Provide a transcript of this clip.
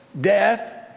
death